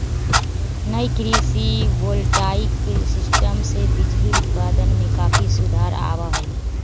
नई कृषि voltaic system से बिजली उत्पादन में काफी सुधार आवा हई